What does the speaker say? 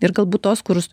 ir galbūt tos kur